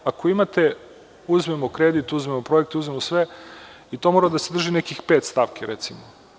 Uzmemo kredit, uzmemo projekte, uzmemo sve i to mora da sadrži nekih pet stavki, recimo.